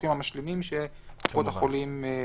הביטוחים המשלימים שקופות החולים מספקות.